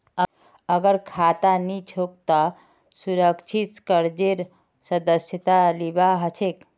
अगर खाता नी छोक त सुरक्षित कर्जेर सदस्यता लिबा हछेक